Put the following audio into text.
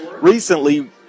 recently